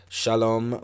shalom